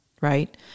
right